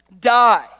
die